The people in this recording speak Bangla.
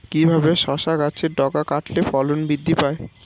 কিভাবে শসা গাছের ডগা কাটলে ফলন বৃদ্ধি পায়?